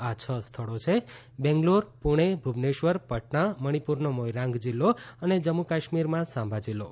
આ છ સ્થળો છે બેંગ્લોર પુણે ભુવનેશ્વર પટણા મણિપુરનો મોઇરાંગ જિલ્લો અને જમ્મુ કાશ્મીરમાં સાંબા જિલ્લો